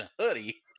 hoodie